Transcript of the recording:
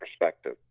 perspective